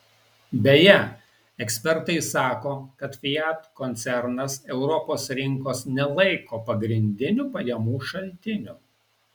beje ekspertai sako kad fiat koncernas europos rinkos nelaiko pagrindiniu pajamų šaltiniu